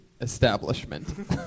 establishment